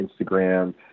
Instagram